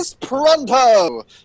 Pronto